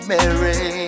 Mary